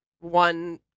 one